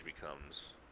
becomes